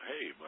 hey